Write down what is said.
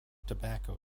tobacco